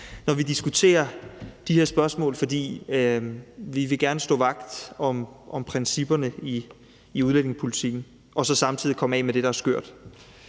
når vi diskuterer de her spørgsmål. For vi vil gerne stå vagt om principperne i udlændingepolitikken og så samtidig komme af med det, der er skørt.